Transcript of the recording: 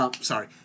sorry